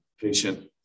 patient